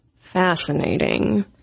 fascinating